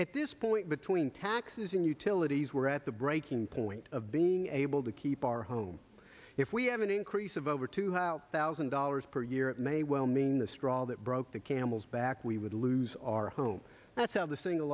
at this point between taxes and utilities were at the breaking point of being able to keep our home if we have an increase of over two hundred thousand dollars per year it may well mean the straw that broke the camel's back we would lose our home that's how the single